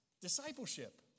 discipleship